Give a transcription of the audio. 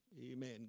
Amen